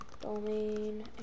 Domain